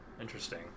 interesting